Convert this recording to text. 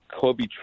Kobe